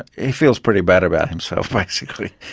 he feels pretty bad about himself ah basically.